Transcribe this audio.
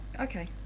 okay